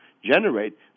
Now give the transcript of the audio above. generate